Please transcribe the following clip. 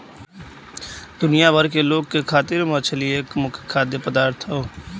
दुनिया भर के लोग खातिर मछरी एक मुख्य खाद्य पदार्थ हौ